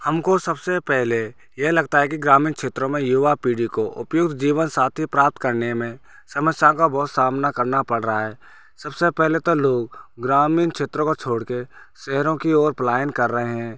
हमको सबसे पहले यह लगता है कि ग्रामीण क्षेत्रों में युवा पीढ़ी को उपयुक्त जीवनसाथी प्राप्त करने में समस्या का बहुत सामना करना पड़ रहा है सबसे पहले तो लोग ग्रामीन क्षेत्रों को छोड़ के शहरों की ओर पलायन कर रहे हैं